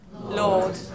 Lord